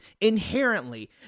Inherently